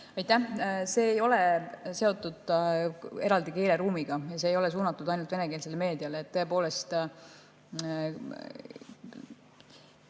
See ei ole seotud eraldi keeleruumiga ja see ei ole suunatud ainult venekeelsele meediale. Tõepoolest,